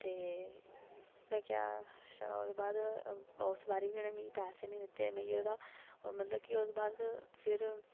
ते में आखेआ अच्छा ओह्दे बाद उस बारी उ'नें मी पैसे निं दित्ते एह्दा मतलब कि ओह्दे बाद फिर